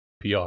PR